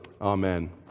Amen